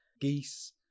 geese